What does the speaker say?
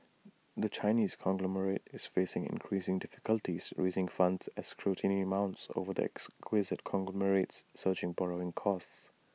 the Chinese conglomerate is facing increasing difficulties raising funds as scrutiny mounts over the acquisitive conglomerate's surging borrowing costs